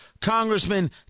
Congressman